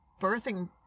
birthing